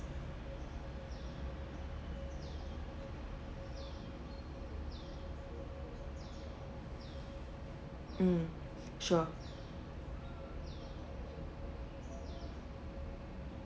mm sure